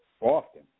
often